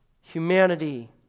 humanity